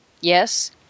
Yes